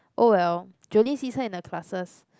oh well Jolene sees her in her classes